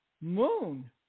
moon